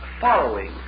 following